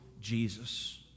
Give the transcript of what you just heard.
Jesus